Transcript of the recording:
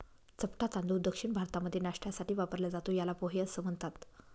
चपटा तांदूळ दक्षिण भारतामध्ये नाष्ट्यासाठी वापरला जातो, याला पोहे असं म्हणतात